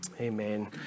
Amen